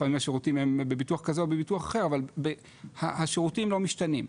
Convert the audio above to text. לפעמים השירתים הם בביטוח כזה או בביטוח אחר אבל השירותים לא משתנים,